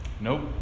Nope